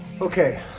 Okay